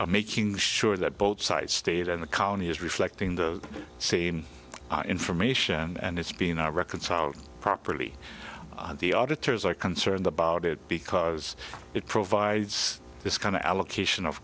and making sure that both sides stayed in the county is reflecting the same information and it's being not reconciled properly the auditors are concerned about it because it provides this kind of allocation of